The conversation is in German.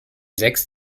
sechs